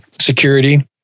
security